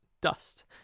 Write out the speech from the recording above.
dust